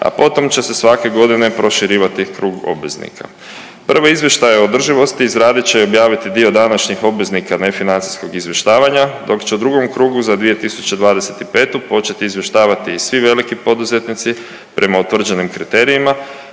a potom će se svake godine proširivati krug obveznika. Prve izvještaje o održivosti izradit će i objaviti dio današnjih obveznika nefinancijskog izvještavanja, dok će u drugom krugu za 2025. početi izvještavati i svi veliki poduzetnici prema utvrđenim kriterijima,